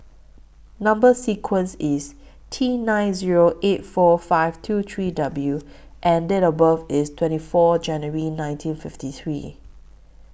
Number sequence IS T nine Zero eight four five two three W and Date of birth IS twenty four January nineteen fifty three